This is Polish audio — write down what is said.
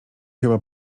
chyba